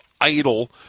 idle